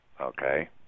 Okay